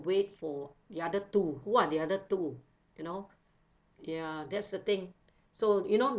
wait for the other two who are the other two you know ya that's the thing so you know